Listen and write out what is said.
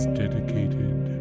dedicated